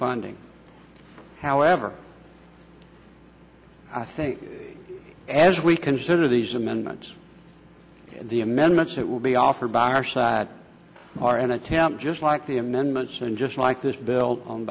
funding however i think as we consider these amendments the amendments that will be offered by our side are an attempt just like the amendments and just like this bill on